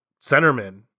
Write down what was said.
centerman